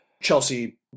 Chelsea